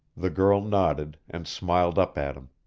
the girl nodded, and smiled up at him.